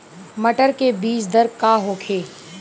मटर के बीज दर का होखे?